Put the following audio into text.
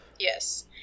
yes